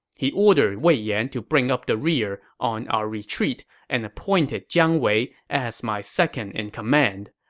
he ordered wei yan to bring up the rear on our retreat and appointed jiang wei as my second in command.